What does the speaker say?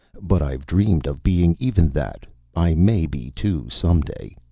but i've dreamed of being even that. i may be too, some day.